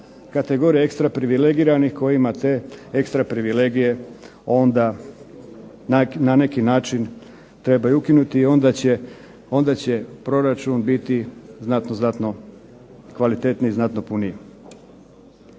kategorija ekstra privilegiranih kojima te ekstra privilegije onda na neki način treba i ukinuti i onda će proračun biti znatno, znatno kvalitetniji, znatno puniji.